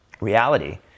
reality